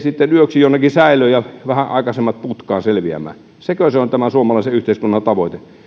sitten yöksi jonnekin säilöön ja vähän aikaisemmat putkaan selviämään sekö se on tämän suomalaisen yhteiskunnan tavoite